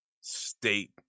state